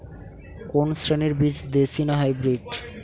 কোন শ্রেণীর বীজ দেশী না হাইব্রিড?